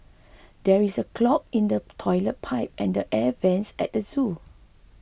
there is a clog in the Toilet Pipe and the Air Vents at the zoo